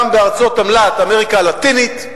גם בארצות אמל"ט, אמריקה הלטינית,